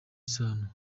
isano